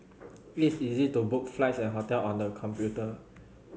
it is easy to book flights and hotel on the computer